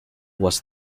was